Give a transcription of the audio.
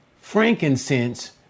frankincense